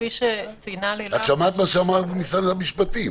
כפי שציינה לילך --- את שמעת מה שאמרה משרד המשפטים.